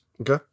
Okay